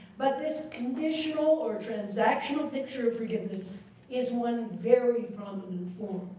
but this conditional or transactional picture of forgiveness is one very prominent form.